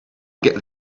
get